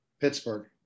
Pittsburgh